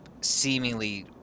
seemingly